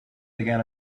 began